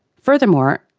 furthermore,